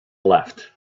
left